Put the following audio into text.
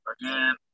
again